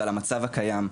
ועל המצב הקיים.